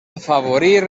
afavorir